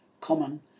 common